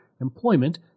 employment